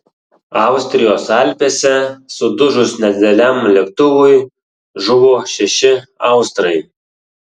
austrijos alpėse sudužus nedideliam lėktuvui žuvo šeši austrai